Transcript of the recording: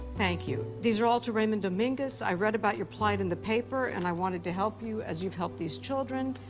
thank you. these are all to raymond dominguez, i read about your plight in the paper and i wanted to help you as you've helped these children.